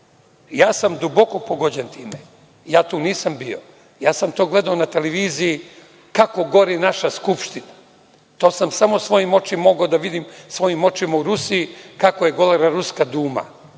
sam duboko pogođen time. Ja tu nisam bio. Ja sam to gledao na televiziji kako gori naša Skupština. To sam samo svojim očima mogao da vidim, svojim očima u Rusiji, kako je gorela ruska Duma.